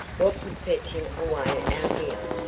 what could fetch him away out here?